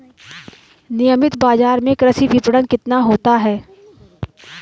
नियमित बाज़ार में कृषि विपणन कितना होता है?